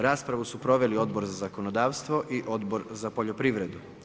Raspravu su proveli Odbor za zakonodavstvo i Odbor za poljoprivredu.